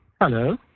Hello